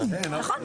כן,